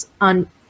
on